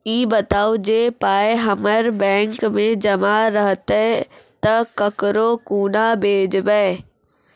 ई बताऊ जे पाय हमर बैंक मे जमा रहतै तऽ ककरो कूना भेजबै?